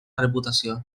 reputació